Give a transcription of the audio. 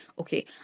okay